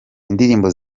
indirimbo